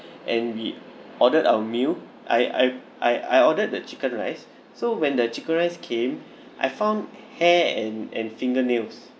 and we ordered our meal I I I I ordered the chicken rice so when the chicken rice came I found hair and and fingernails